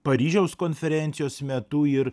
paryžiaus konferencijos metu ir